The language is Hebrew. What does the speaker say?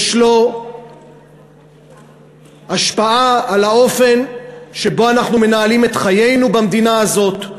יש לו השפעה על האופן שבו אנו מנהלים את חיינו במדינה הזאת,